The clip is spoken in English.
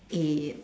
eh